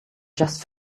just